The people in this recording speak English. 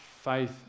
faith